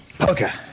Okay